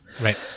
right